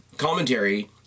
commentary